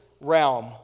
realm